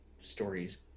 stories